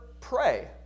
pray